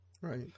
right